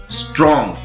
strong